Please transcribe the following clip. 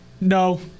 no